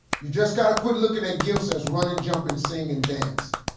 you just gotta quit looking at gifts as running, jumping, singing, and dancing.